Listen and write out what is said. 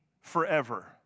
forever